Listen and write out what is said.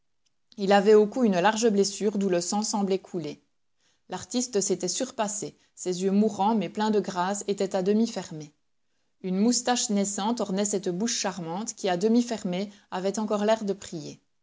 il avait au cou une large blessure d'où le sang semblait couler l'artiste s'était surpassé ses yeux mourants mais pleins de grâce étaient à demi fermés une moustache naissante ornait cette bouche charmante qui à demi fermée avait encore l'air de prier